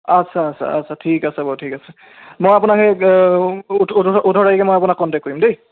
আচ্ছা আচ্ছা আচ্ছা ঠিক আছে বাৰু ঠিক আছে মই আপোনাক সেই ওঠ ওঠ ওঠ ওঠৰ তাৰিখে মই আপোনাক কণ্টেক্ট কৰিম দেই